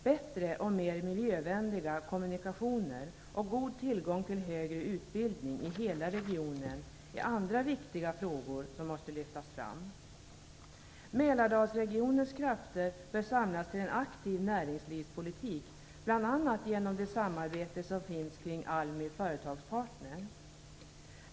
Bättre och mer miljövänliga kommunikationer och god tillgång till högre utbildning i hela regionen är andra viktiga frågor som måste lyftas fram. Mälardalsregionens krafter bör samlas till en aktiv näringslivspolitik, bl.a. genom det samarbete som finns kring ALMI Företagspartner.